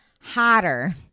hotter